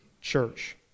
church